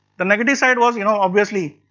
the negative side was you know obviously,